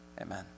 Amen